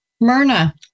Myrna